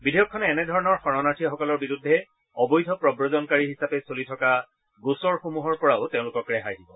বিধেয়কখনে এনে ধৰণৰ শৰনাৰ্থীসকলৰ বিৰুদ্ধে অবৈধ প্ৰৱজনকাৰী হিচাপে চলি থকা গোচৰসমূহৰ পৰাও ৰেহাই দিব